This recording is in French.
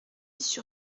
sur